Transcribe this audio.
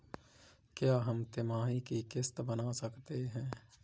क्या हम तिमाही की किस्त बना सकते हैं?